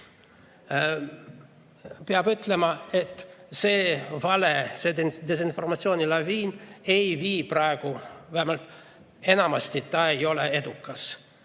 Peab ütlema, et see vale‑ ja desinformatsiooni laviin ei vii praegu [kuhugi], vähemalt enamasti ei ole see edukas.